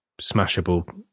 smashable